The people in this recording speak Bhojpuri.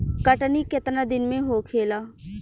कटनी केतना दिन में होखेला?